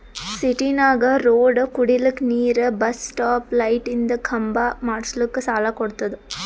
ಸಿಟಿನಾಗ್ ರೋಡ್ ಕುಡಿಲಕ್ ನೀರ್ ಬಸ್ ಸ್ಟಾಪ್ ಲೈಟಿಂದ ಖಂಬಾ ಮಾಡುಸ್ಲಕ್ ಸಾಲ ಕೊಡ್ತುದ